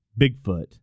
Bigfoot